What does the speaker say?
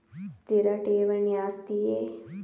ಸ್ಥಿರ ಠೇವಣಿ ಆಸ್ತಿಯೇ?